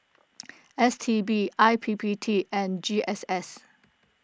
S T B I P P T and G S S